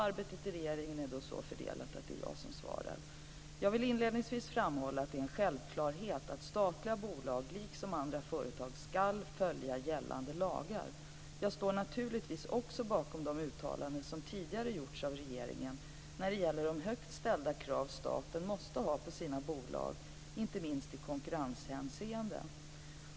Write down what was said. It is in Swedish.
Arbetet i regeringen är så fördelat att det är jag som skall besvara interpellationerna. Jag vill inledningsvis framhålla att det är en självklarhet att statliga bolag liksom andra företag skall följa gällande lagar. Jag står naturligtvis också bakom de uttalanden som tidigare gjorts av regeringen när det gäller de högt ställda krav som staten måste ha på sina bolag inte minst i konkurrenshänseende.